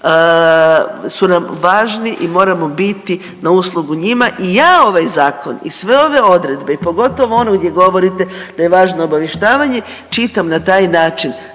su nam važni i moramo biti na uslugu njima. I ja ovaj zakon i sve ove odredbe i pogotovo onu gdje govorite da je važno obavještavanje čitam na taj način.